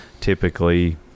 typically